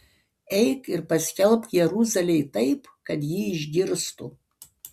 eik ir paskelbk jeruzalei taip kad ji išgirstų